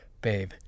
babe